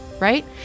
right